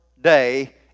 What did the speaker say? day